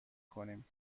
کنیم